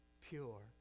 pure